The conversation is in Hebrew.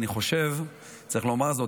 אני חושב שצריך לומר זאת,